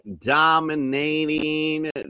dominating